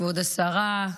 כבוד השרה,